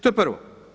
To je prvo.